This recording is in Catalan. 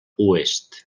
oest